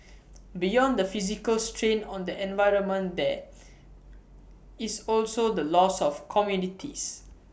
beyond the physical strain on the environment there is also the loss of communities